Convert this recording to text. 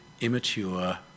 immature